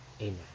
amen